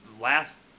last